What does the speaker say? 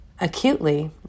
acutely